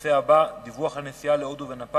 הנושא הבא: דיווח על נסיעה להודו ולנפאל,